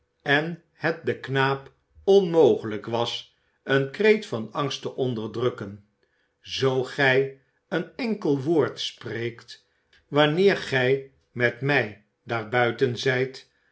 en het den knaap onmogelijk was een kreet van angst te onderdrukken zoo gij een enkel woord spreekt wanneer gij met mij daar buiten zijt